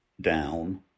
down